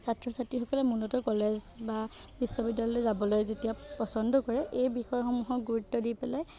ছাত্ৰ ছাত্ৰী সকলে মূলত কলেজ বা বিশ্ববিদ্যালয়লৈ যাবলৈ যেতিয়া পচন্দ কৰে এই বিষয়সমূহক গুৰুত্ব দি পেলাই